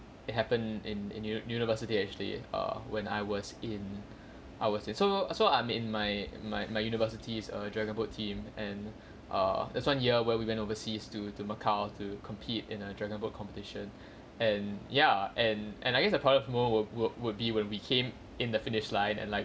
it happen in in u~ university actually err when I was in I was in so so I'm in my my my university's err dragon boat team and err there's one year where we went overseas to to macau to compete in a dragon boat competition and ya and and I guess the proudest moment would would would be when we came in the finish line and like